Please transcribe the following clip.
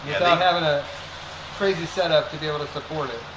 having a crazy setup to be able to support it.